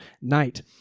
night